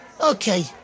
Okay